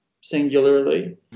singularly